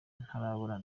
ntarabona